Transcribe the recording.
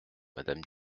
madame